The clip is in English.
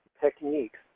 techniques